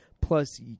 Plus